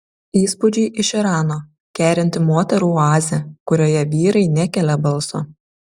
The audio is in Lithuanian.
įspūdžiai iš irano kerinti moterų oazė kurioje vyrai nekelia balso